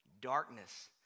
darkness